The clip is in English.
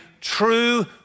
true